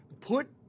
Put